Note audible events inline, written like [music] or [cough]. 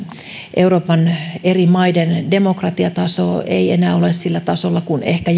euroopan eri maiden demokratiataso ei enää ole sillä tasolla kuin ehkä [unintelligible]